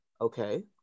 Okay